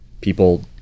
people